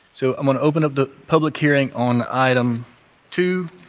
so, i'm going to open up the public hearing on item two,